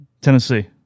Tennessee